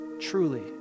truly